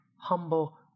humble